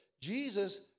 Jesus